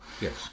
Yes